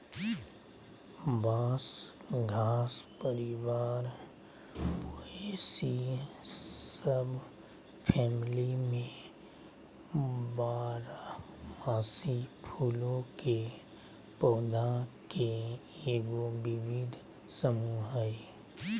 बांस घास परिवार पोएसी सबफैमिली में बारहमासी फूलों के पौधा के एगो विविध समूह हइ